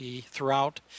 throughout